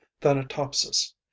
thanatopsis